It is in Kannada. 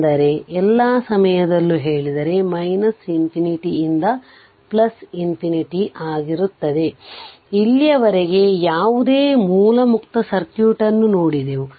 ಅಂದರೆ ಎಲ್ಲಾ ಸಮಯದಲ್ಲೂ ಹೇಳಿದರೆ ಯಿಂದ ಆಗಿರುತ್ತದೆ ಇಲ್ಲಿಯವರೆಗೆ ಯಾವುದೇ ಮೂಲ ಮುಕ್ತ ಸರ್ಕ್ಯೂಟ್ ನ್ನು ನೋಡಿದೆವು